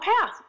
path